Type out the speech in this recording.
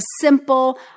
simple